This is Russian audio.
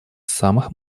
самых